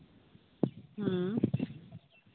ᱦᱮᱸ